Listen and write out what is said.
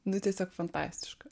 nu tiesiog fantastiška